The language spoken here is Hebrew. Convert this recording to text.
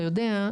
אתה יודע,